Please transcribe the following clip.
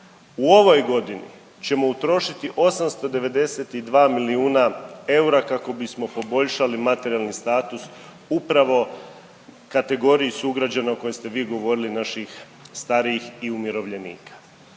u ovoj godini ćemo utrošiti 892 milijuna eura kako bismo poboljšali materijalni status upravo kategoriji sugrađana o kojoj ste vi govorili naših starijih i umirovljenika.